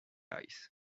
ice